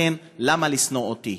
לכן, למה לשנוא אותי?